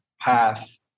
path